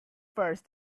purse